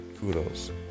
Kudos